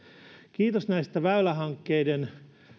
kiitos näistä väylähankkeiden